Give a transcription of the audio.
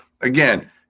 again